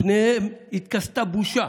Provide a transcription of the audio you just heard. פניהם התכסו בושה,